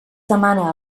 demana